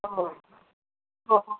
हो हो हो